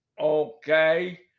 Okay